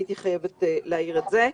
הייתי חייבת להעיר על כך.